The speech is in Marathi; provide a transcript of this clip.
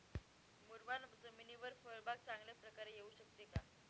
मुरमाड जमिनीवर फळबाग चांगल्या प्रकारे येऊ शकते का?